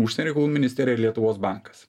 užsienio reikalų ministerija ir lietuvos bankas